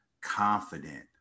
confident